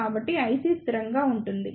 కాబట్టి IC స్థిరంగా ఉంటుంది